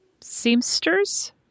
seamsters